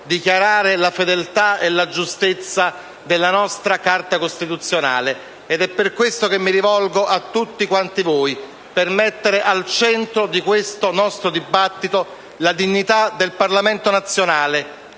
dichiarare la fedeltà e la giustezza della nostra Carta costituzionale. Per questo motivo io mi rivolgo a tutti quanti voi: per mettere al centro di questo dibattito la dignità del Parlamento nazionale,